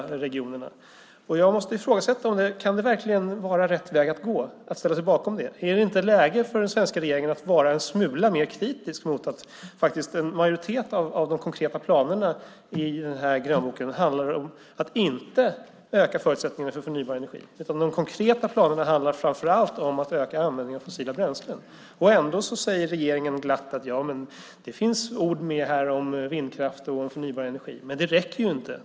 Jag måste ifrågasätta om det verkligen kan vara rätt väg att gå att ställa sig bakom det. Är det inte läge för den svenska regeringen att vara en smula mer kritisk mot att en majoritet av de konkreta planerna i grönboken handlar om att inte öka förutsättningarna för förnybar energi? De konkreta planerna handlar framför allt om att öka användningen av fossila bränslen. Ändå säger regeringen glatt: Ja, men det finns ord med här om vindkraft och förnybar energi. Men det räcker inte.